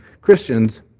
Christians